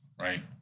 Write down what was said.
right